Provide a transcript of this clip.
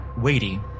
weighty